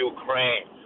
Ukraine